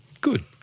Good